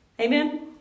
Amen